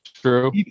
true